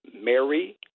Mary